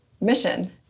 mission